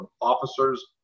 officers